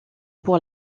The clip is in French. pour